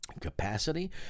Capacity